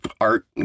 art